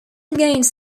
against